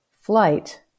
flight